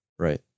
right